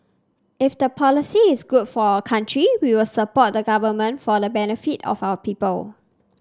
if the policy is good for our country we will support the government for the benefit of our people